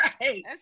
right